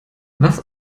was